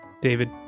david